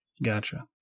Gotcha